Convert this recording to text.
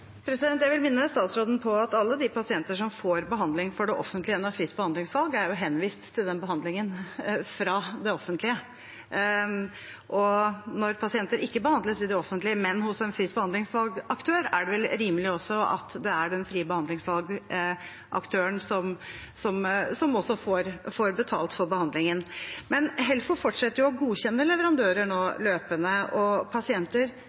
Jeg vil minne statsråden på at alle de pasientene som får behandling fra det offentlige gjennom fritt behandlingsvalg, er henvist til den behandlingen av det offentlige. Og når pasienter ikke behandles i det offentlige, men hos en fritt behandlingsvalg-aktør, er det vel rimelig også at det er fritt behandlingsvalg-aktøren som også får betalt for å behandle. Helfo fortsette å godkjenne leverandører løpende, og pasienter